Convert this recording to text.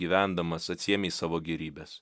gyvendamas atsiėmei savo gėrybes